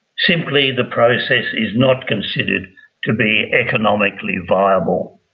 simply, the process is not considered to be economically viable.